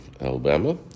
Alabama